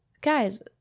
guys